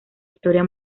historia